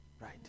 Right